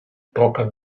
toca